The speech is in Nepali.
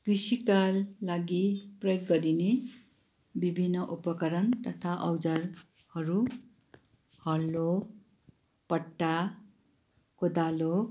कृषिका लागि प्रयोग गरिने विभिन्न उपकरण तथा औजारहरू हलो पट्टा कोदालो